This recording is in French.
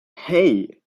hey